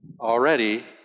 already